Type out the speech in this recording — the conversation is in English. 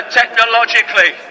technologically